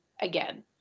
again